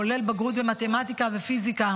כולל בגרות במתמטיקה ופיזיקה